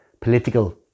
political